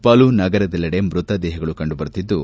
ಪಲು ನಗರದಲ್ಲೆಡೆ ಮೃತದೇಹಗಳು ಕಂಡುಬರುತ್ತಿದ್ದು